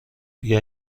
بیا